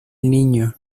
niño